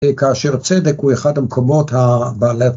‫כאשר צדק הוא אחד המקומות הבאלה.